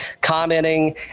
commenting